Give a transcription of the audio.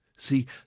See